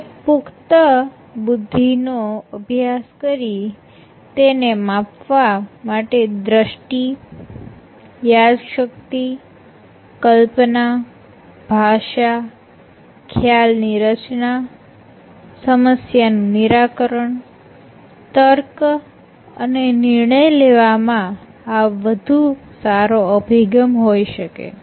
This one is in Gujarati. જે પુખ્ત બુદ્ધિનો અભ્યાસ કરી તેને માપવા માટે દ્રષ્ટિ યાદશક્તિકલ્પના ભાષા ખ્યાલની રચના સમસ્યાનું નિરાકરણ તર્ક અને નિર્ણય લેવામાં આ વધુ સારો અભિગમ હોય શકે છે